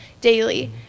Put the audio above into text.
daily